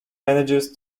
manages